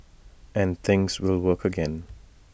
and things will work again